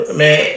man